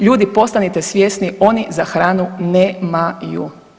Ljudi postanite svjesni oni za hranu ne-ma-ju.